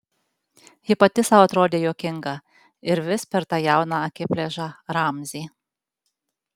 ji pati sau atrodė juokinga ir vis per tą jauną akiplėšą ramzį